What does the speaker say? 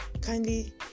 kindly